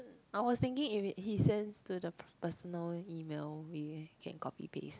I was thinking if he sends to the personal email we can copy paste